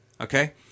Okay